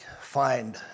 find